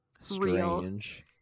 strange